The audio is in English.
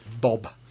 Bob